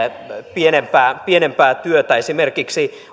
pienempää pienempää työtä esimerkiksi